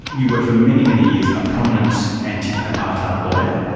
you were for many, many years a prominent anti-apartheid lawyer.